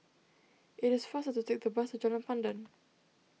it is faster to take the bus to Jalan Pandan